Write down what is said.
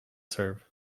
serve